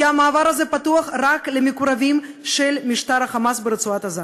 כי המעבר הזה פתוח רק למקורבים של משטר ה"חמאס" ברצועת-עזה.